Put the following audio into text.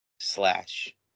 slash